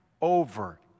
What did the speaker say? over